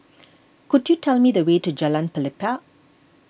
could you tell me the way to Jalan Pelepah